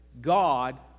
God